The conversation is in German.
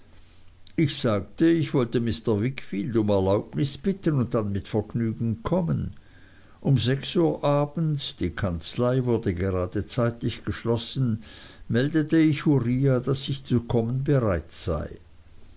ich sagte ich wolle mr wickfield um erlaubnis bitten und dann mit vergnügen kommen um sechs uhr abends die kanzlei wurde gerade zeitig geschlossen meldete ich uriah daß ich zu kommen bereit sei